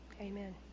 Amen